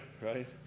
right